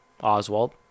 Oswald